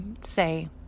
say